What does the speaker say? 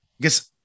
guess